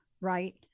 Right